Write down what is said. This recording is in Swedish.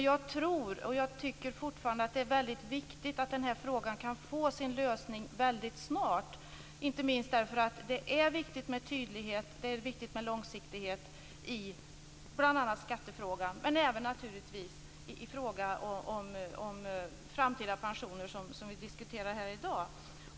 Jag tycker dock fortfarande att det är väldigt viktigt att den här frågan kan få sin lösning väldigt snart, inte minst därför att det är viktigt med tydlighet och långsiktighet - bl.a. i skattefrågan, men även i frågan om framtida pensioner som vi diskuterar här i dag.